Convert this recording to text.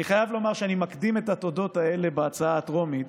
אני חייב לומר שאני מקדים את התודות האלה לקריאה הטרומית,